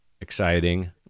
exciting